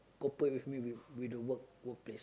cooperation with me with with the work workplace